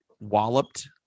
walloped